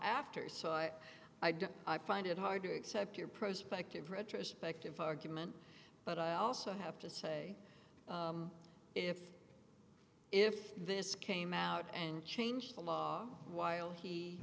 after so i i don't i find it hard to accept your prospective retrospective argument but i also have to say if if this came out and changed the law while he